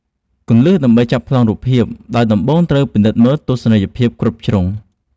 គន្លឹះដើម្បីចាប់ប្លង់រូបភាព ដោយដំបូងត្រូវពិនិត្យមើលទស្សនីយភាពគ្រប់ជ្រុង។